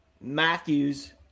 Matthews